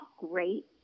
great